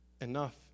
enough